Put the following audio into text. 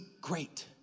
great